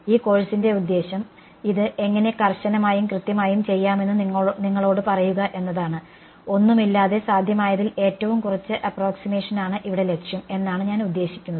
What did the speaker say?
ഈ കോഴ്സിന്റെ ഉദ്ദേശ്യം ഇത് എങ്ങനെ കർശനമായും കൃത്യമായും ചെയ്യാമെന്ന് നിങ്ങളോട് പറയുക എന്നതാണ് ഒന്നുമില്ലാതെ സാധ്യമായതിൽ ഏറ്റവുo കുറച്ച് അപ്പ്രോക്സിമേഷൻ ആണ് ഇവിടത്തെ ലക്ഷ്യം എന്നാണ് ഞാൻ ഉദ്ദേശിക്കുന്നത്